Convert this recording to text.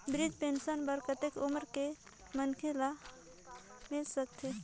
वृद्धा पेंशन बर कतेक उम्र के मनखे मन ल मिल सकथे?